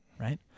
right